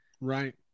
Right